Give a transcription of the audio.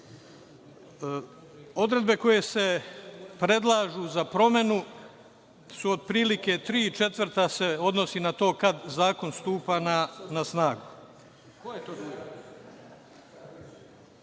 Odredbe koje se predlažu za promenu su otprilike tri, četvrtine se odnosi na to kada zakon stupa na snagu. Ja